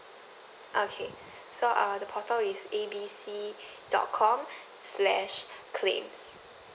okay so uh the portal is A B C dot com slash claims